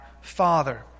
father